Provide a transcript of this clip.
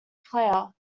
player